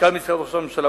מנכ"ל משרד ראש הממשלה.